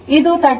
ಇದು 39